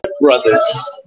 Brothers